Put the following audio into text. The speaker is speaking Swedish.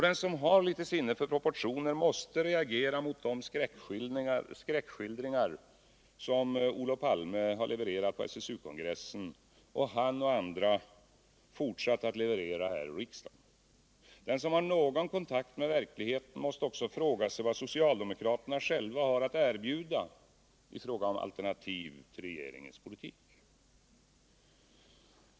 Den som har lite sinne för proportioner måste reagera mot de skräckskildringar som Olof Palme har levererat på SSU-kongressen och som han och andra fortsatt att leverera här i riksdagen. Den som har någon kontakt med verkligheten måste också fråga sig vad socialdemokraterna själva har att erbjuda i fråga om alternativ till regeringens politik.